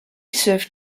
serve